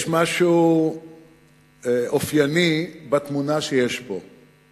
יש משהו אופייני בתמונה שיש פה.